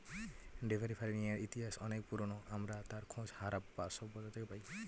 dairy ফার্মিংয়ের ইতিহাস অনেক পুরোনো, আমরা তার খোঁজ হারাপ্পা সভ্যতা থেকে পাই